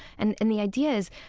and and the idea is,